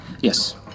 Yes